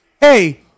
Hey